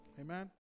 Amen